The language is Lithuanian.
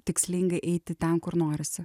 tikslingai eiti ten kur norisi